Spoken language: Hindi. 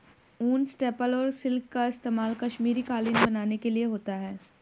ऊन, स्टेपल और सिल्क का इस्तेमाल कश्मीरी कालीन बनाने के लिए होता है